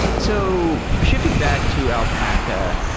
so shifting back to alpaca,